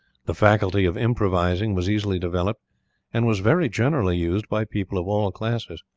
the faculty of improvising was easily developed and was very generally used by people of all classes.